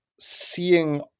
seeing